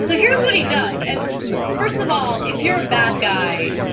so here's what he does, and first of all, if you are a bad guy,